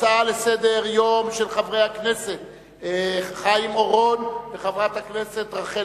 הצעות לסדר-יום של חבר הכנסת חיים אורון וחברת הכנסת רחל